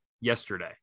yesterday